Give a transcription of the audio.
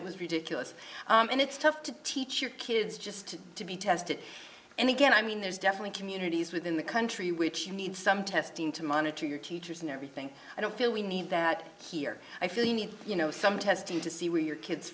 it was ridiculous and it's tough to teach your kids just to be tested and again i mean there's definitely communities within the country which you need some testing to monitor your teachers and everything i don't feel we need that here i feel you need you know some testing to see where your kids